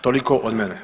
Toliko od mene.